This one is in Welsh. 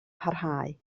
parhau